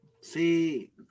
See